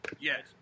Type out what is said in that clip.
Yes